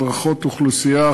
הדרכות אוכלוסייה,